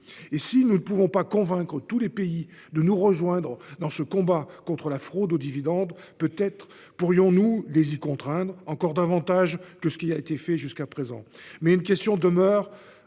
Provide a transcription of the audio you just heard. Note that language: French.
Et si nous ne pouvons pas convaincre tous les pays de nous rejoindre dans ce combat contre la fraude aux dividendes, peut-être pourrions-nous les y contraindre encore davantage que ce qui a été fait jusqu'à présent.